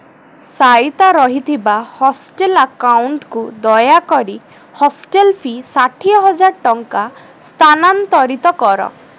ସାଇତା ରହିଥିବା ହଷ୍ଟେଲ୍ ଆକାଉଣ୍ଟ୍କୁ ଦୟାକରି ହଷ୍ଟେଲ୍ ଫି ଷାଠିଏହଜାର ଟଙ୍କା ସ୍ଥାନାନ୍ତରିତ କର